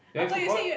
you want food-court